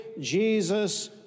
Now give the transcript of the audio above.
Jesus